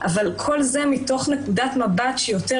אבל כל זה מתוך נקודת מבט שהיא יותר